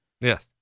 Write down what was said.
Yes